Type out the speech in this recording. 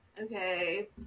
okay